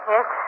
Yes